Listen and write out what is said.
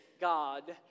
God